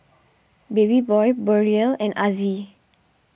Babyboy Beryl and Azzie